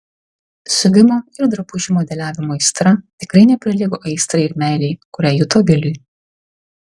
siuvimo ir drabužių modeliavimo aistra tikrai neprilygo aistrai ir meilei kurią juto viliui